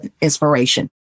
inspiration